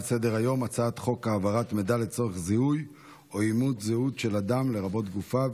הצעת חוק העברת מידע לצורך זיהוי או אימות זהות של אדם לרבות גופה,